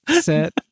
set